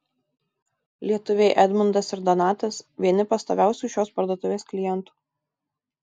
lietuviai edmundas ir donatas vieni pastoviausių šios parduotuvės klientų